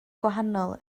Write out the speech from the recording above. gwahanol